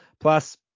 Plus